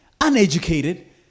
uneducated